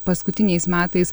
paskutiniais metais